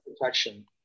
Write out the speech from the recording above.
protection